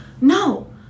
No